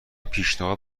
پیشنهاد